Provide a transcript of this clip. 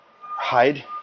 hide